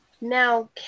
Now